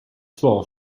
svar